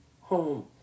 home